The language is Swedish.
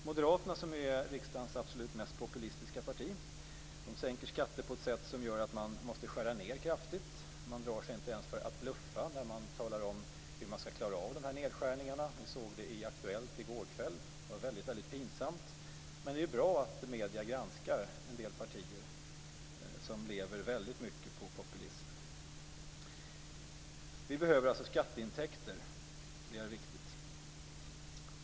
Moderaterna, som är riksdagens absolut mest populistiska parti, vill sänka skatter på ett sätt gör att man måste skära ned kraftigt. Man drar sig inte ens för att bluffa när man talar om hur man skall klara av dessa nedskärningar. Vi såg det i Aktuellt i går kväll. Det var väldigt pinsamt. Men det är ju bra att medierna granskar en del partier som lever väldigt mycket på populism. Vi behöver alltså skatteintäkter. Det är viktigt.